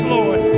Lord